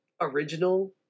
original